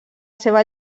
seva